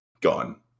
Gone